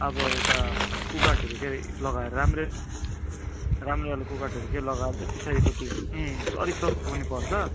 अब एउटा कुकाठहरू चाहिँ लगाएर राम्रै राम्रो खालको कुकाठहरू केही लगाएर चाहिँ पछाडिपट्टि अलिक सस्तो पनि पर्छ